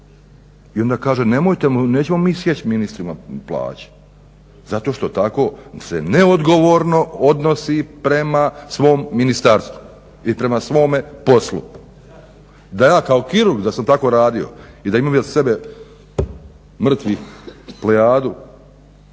I onda kaže nećemo mi sjeći ministrima plaće, zato što se tako neodgovorno odnosi prema svom ministarstvu i prema svome poslu. Da ja kao kirurg da sam tako radio i da imam iza sebe mrtvih plejadu